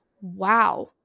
wow